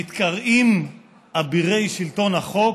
המתקראים אבירי שלטון החוק,